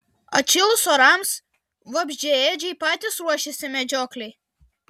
atšilus orams vabzdžiaėdžiai patys ruošiasi medžioklei